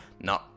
no